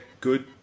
good